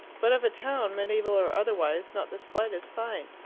but of a town, mediaeval or otherwise, not the slightest sign.